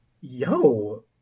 yo